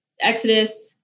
Exodus